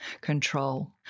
control